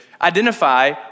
identify